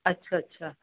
अच्छा अच्छा